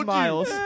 miles